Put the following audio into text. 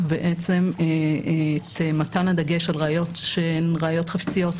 בעצם את מתן הדגש על ראיות שהן ראיות חפציות,